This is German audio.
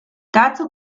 dazu